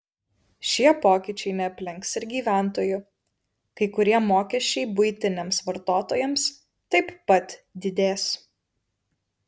šie pokyčiai neaplenks ir gyventojų kai kurie mokesčiai buitiniams vartotojams taip pat didės